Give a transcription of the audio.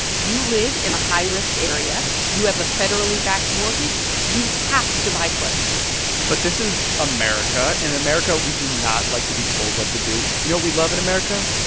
you live in a high-risk area. you have a federally backed mortgage. you have to buy flood insurance but this is america. and in america, we do not like to be told what to do. you know what we love in america?